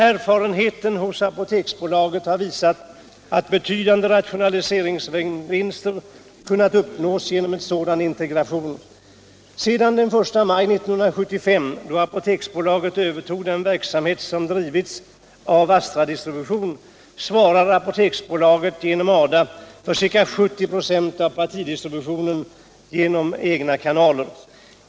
Erfarenheterna hos apoteksbolaget har visat att betydande rationaliseringsvinster kunnat uppnås genom en sådan integration. Sedan den 1 maj 1975 — då apoteksbolaget övertog den verksamhet som drivits av Astradistribution — svarar apoteksbolaget genom ADA för ca 70 96 av partidistributionen genom egna kanaler.